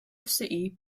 city